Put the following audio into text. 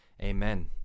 Amen